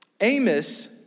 Amos